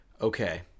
okay